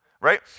right